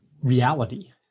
reality